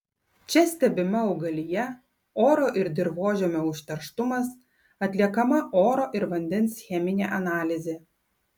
čia stebima augalija oro ir dirvožemio užterštumas atliekama oro ir vandens cheminė analizė